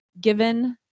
given